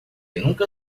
nunca